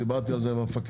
דיברתי על זה עם המפקח,